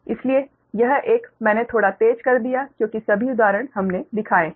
इसलिए यह एक मैंने थोड़ा तेज कर दिया क्योंकि सभी उदाहरण हमने दिखाए हैं